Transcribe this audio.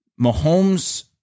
Mahomes